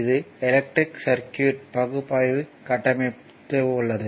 இது electric circuit பகுப்பாய்வு கட்டமைக்கப்பட்டுள்ளது